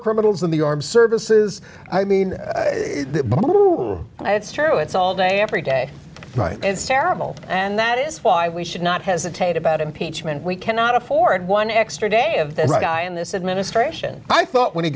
rebuttals in the armed services i mean it's true it's all day after day right it's terrible and that is why we should not hesitate about impeachment we cannot afford one extra day of the guy in this administration i thought when he